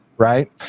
right